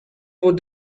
would